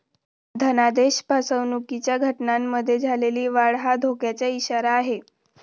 धनादेश फसवणुकीच्या घटनांमध्ये झालेली वाढ हा धोक्याचा इशारा आहे